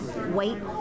white